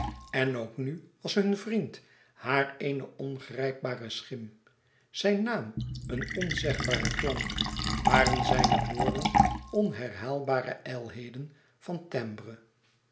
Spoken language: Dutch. en ook nu was hun vriend haar eene ongrijpbare schim zijn naam een onzegbare klank waren zijne woorden onherhaalbare ijlheden van